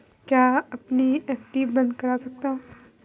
मैं अपनी एफ.डी बंद करना चाहता हूँ